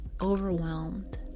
overwhelmed